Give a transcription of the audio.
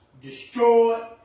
destroyed